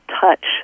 touch